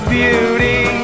beauty